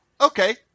okay